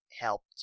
helped